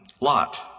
Lot